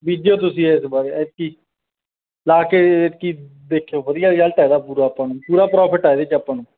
ਬੀਜਿਓ ਤੁਸੀਂ ਇਸ ਵਾਰ ਐਤਕੀ ਲਾ ਕੇ ਐਤਕੀ ਦੇਖਿਓ ਵਧੀਆ ਰਿਜਲਟ ਇਹਦਾ ਪੂਰਾ ਆਪਾਂ ਨੂੰ ਪੂਰਾ ਪ੍ਰੋਫਿਟ ਹੈ ਇਹਦੇ 'ਚ ਆਪਾਂ ਨੂੰ